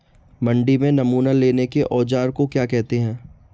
मंडी में नमूना लेने के औज़ार को क्या कहते हैं?